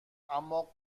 اما